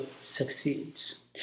succeeds